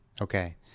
okay